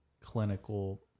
clinical